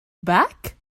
back